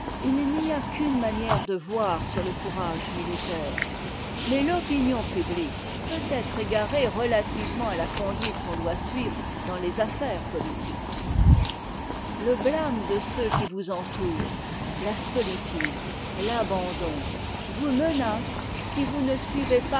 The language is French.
il n'y a qu'une manière de voir sur le courage militaire mais l'opinion publique peut être égarée relativement à la conduite qu'on doit suivre dans les affaires politiques le blâme de ceux qui vous entourent la solitude l'abandon vous menacent si vous ne suivez